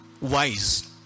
wise